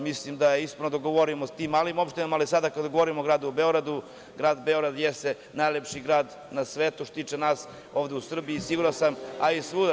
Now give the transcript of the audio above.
Mislim da je ispravno da ugovorimo sa tim malim opštinama, ali sada kada govorimo o gradu Beogradu, grad Beograd jeste najlepši grad na svetu, što se tiče nas, ovde u Srbiji, siguran sam, a i svuda.